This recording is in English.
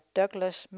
Douglas